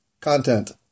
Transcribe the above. content